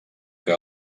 que